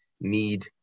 need